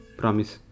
promise